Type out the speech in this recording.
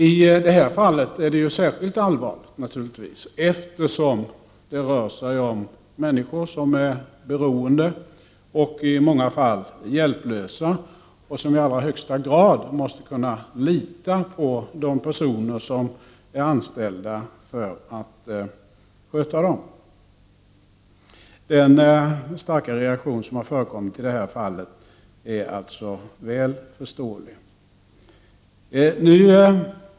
I det här fallet är det naturligtvis särskilt allvarligt, eftersom det rör sig om människor som är beroende och i många fall hjälplösa och som i allra högsta grad måste kunna lita på de personer som är anställda för att sköta dem. Den starka reaktion som har förekommit i det här fallet är alltså väl förståelig.